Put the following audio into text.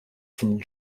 from